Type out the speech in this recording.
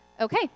okay